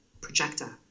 projector